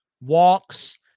walks